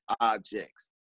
objects